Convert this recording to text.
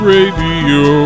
Radio